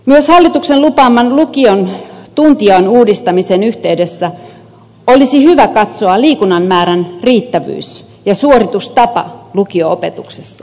myös hallituksen lupaaman lukion tuntijaon uudistamisen yhteydessä olisi hyvä katsoa liikunnan määrän riittävyys ja suoritustapa lukio opetuksessa